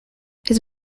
his